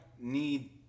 need